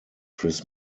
chris